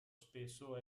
spesso